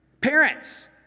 Parents